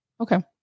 Okay